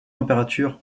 température